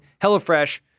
HelloFresh